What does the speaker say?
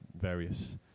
various